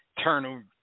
turn